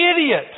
idiot